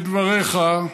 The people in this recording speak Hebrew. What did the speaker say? בדבריך,